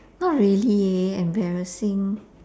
not really leh embarrassing